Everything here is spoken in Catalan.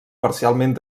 parcialment